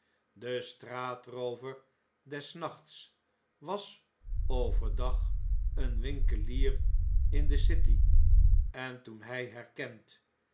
de straatroover des nachts was over dag een winkelier in de city en toen hj herkend